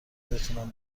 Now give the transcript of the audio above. بتونم